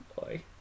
boy